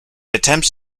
attempts